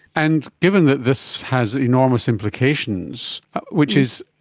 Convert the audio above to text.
and given that this has enormous implications which is,